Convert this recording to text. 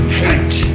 hate